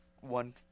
one